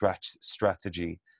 strategy